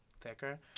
thicker